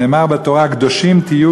שנאמר בתורה: קדושים תהיו,